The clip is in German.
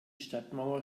stadtmauer